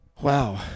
Wow